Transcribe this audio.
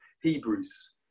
Hebrews